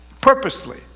purposely